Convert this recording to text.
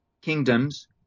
kingdoms